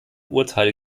urteil